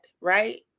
right